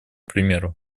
примеру